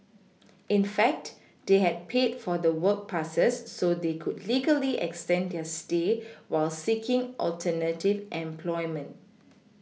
in fact they had paid for the work passes so they could legally extend their stay while seeking alternative employment